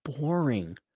boring